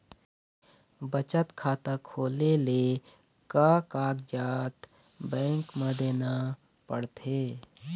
बचत खाता खोले ले का कागजात बैंक म देना पड़थे?